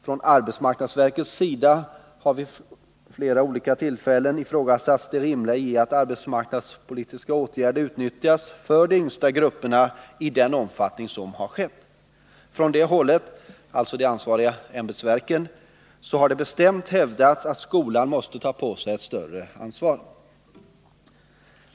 Från AMS sida har vid olika tillfällen ifrågasatts det rimliga i att arbetsmarknadspolitiska åtgärder utnyttjas för de yngsta grupperna i den omfattning som har skett. Från det hållet — alltså från de ansvariga ämbetsverken — har det bestämt hävdats att skolan måste ta på sig ett större ansvar.